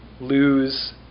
lose